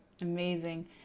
amazing